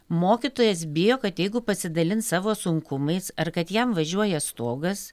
mokytojas bijo kad jeigu pasidalins savo sunkumais ar kad jam važiuoja stogas